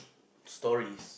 stories